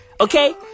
Okay